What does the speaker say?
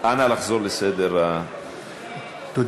(קורא